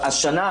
השנה,